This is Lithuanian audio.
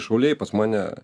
šauliai pas mane